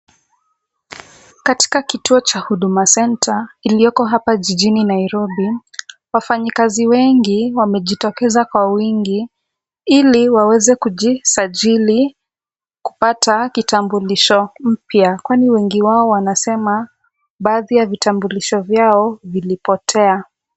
Katika kituo cha Huduma Centre iliopo hapa jijini Nairobi, wafanyikazi wengi wamejitokeza kwa wingi ili waweze kujisajili kupata kitambulisho mpya, kwani wengi wao wanasema baadhi ya vitambulisho vyao vilipotea.